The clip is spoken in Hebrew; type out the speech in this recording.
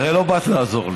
הרי לא באת לעזור לי.